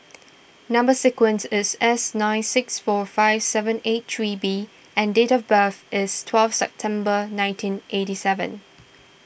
Number Sequence is S nine six four five seven eight three B and date of birth is twelve September nineteen eighty seven